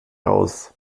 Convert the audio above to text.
raus